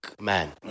man